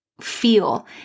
feel